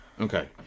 Okay